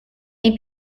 may